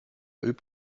übt